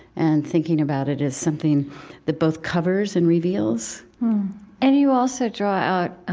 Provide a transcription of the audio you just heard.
and thinking about it as something that both covers and reveals and you also draw out